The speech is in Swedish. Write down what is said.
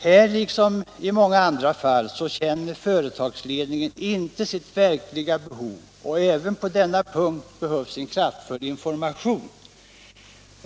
Här liksom i många andra fall känner företagsledningen inte sitt verkliga behov, och även på denna punkt behövs en kraftfull information.